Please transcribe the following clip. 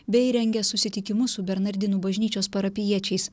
bei rengia susitikimus su bernardinų bažnyčios parapijiečiais